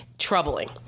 troubling